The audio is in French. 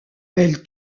elle